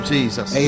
Jesus